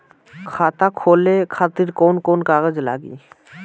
खाता खोले खातिर कौन कौन कागज लागी?